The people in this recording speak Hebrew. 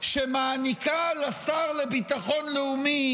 שמעניקה לשר לביטחון לאומי,